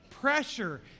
pressure